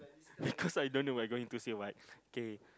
because I don't know what I going to say what K